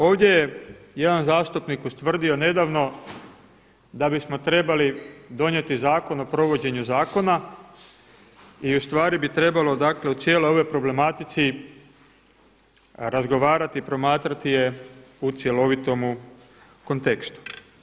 Ovdje je jedan zastupnik ustvrdio nedavno da bismo trebali donijeti Zakon o provođenju zakona i ustvari bi trebalo u cijeloj ovoj problematici razgovarati i promatrati je u cjelovitomu kontekstu.